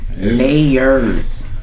layers